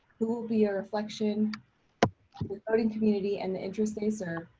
who will be a reflection devoting community and the interest they serve.